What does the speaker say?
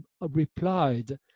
replied